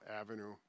avenue